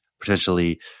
potentially